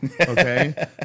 Okay